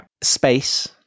Space